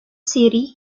city